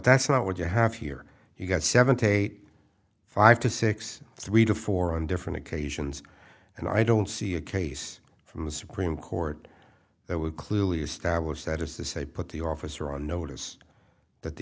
that's not what you have here you've got seventy eight five to six three to four on different occasions and i don't see a case from the supreme court that would clearly establish that is to say put the officer on notice that the